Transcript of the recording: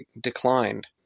declined